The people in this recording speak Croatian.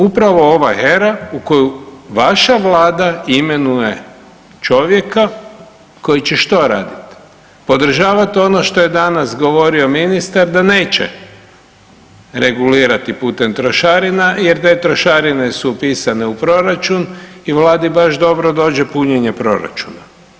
Upravo ova HERA u koju vaša vlada imenuje čovjeka koji će što radit, podržavat ono što je danas govorio ministar da neće regulirati putem trošarina jer da trošarine su upisane u proračun i vladi baš dobro dođe punjenje proračuna.